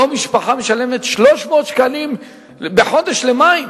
היום משפחה משלמת 300 שקלים בחודש למים.